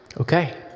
Okay